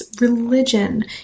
religion